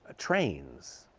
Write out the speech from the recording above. ah trains,